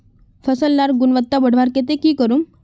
फसल लार गुणवत्ता बढ़वार केते की करूम?